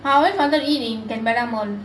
I always wanted to eat in canberra mall